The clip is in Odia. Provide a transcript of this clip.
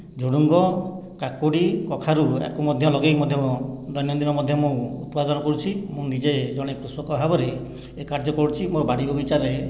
ଝୁଡୁଙ୍ଗ କାକୁଡି କଖାରୁ ଏହାକୁ ମଧ୍ୟ ଲଗେଇ ମଧ୍ୟ ଦୈନନ୍ଦିନ ମଧ୍ୟ ମୁଁ ଉତ୍ପାଦନ କରୁଛି ମୁଁ ନିଜେ ଜଣେ କୃଷକ ଭାବରେ ଏ କାର୍ଯ୍ୟ କରୁଛି ମୋ ବାଡ଼ି ବଗିଚାରେ